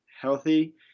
healthy –